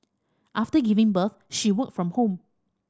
after giving birth she worked from home